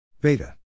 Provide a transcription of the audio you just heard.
beta